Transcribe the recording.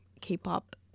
k-pop